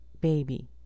baby